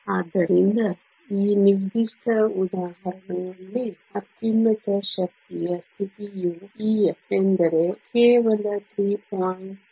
ಆದ್ದರಿಂದ ಈ ನಿರ್ದಿಷ್ಟ ಉದಾಹರಣೆಯಲ್ಲಿ ಅತ್ಯುನ್ನತ ಶಕ್ತಿಯ ಸ್ಥಿತಿಯು EF ಎಂದರೆ ಕೇವಲ 3